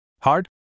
Hard